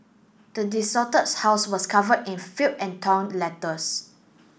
the desolated house was cover in filth and torn letters